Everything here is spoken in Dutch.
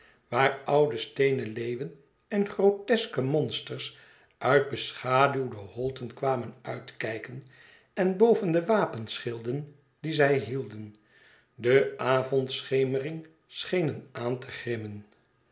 waar oude steenen leeuwen en groteske monsters uit beschaduwde holten kwamen uitkijken en boven de wapenschilden die zij hielden de avondschemering schenen aan te